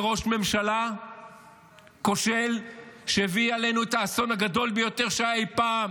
לראש ממשלה כושל כשהביא עלינו את האסון הגדול ביותר שהיה אי פעם